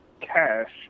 cash